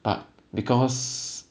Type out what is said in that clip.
but because